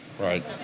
Right